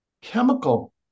chemical